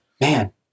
Man